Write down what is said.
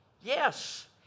yes